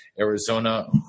Arizona